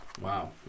Wow